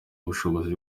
ubushobozi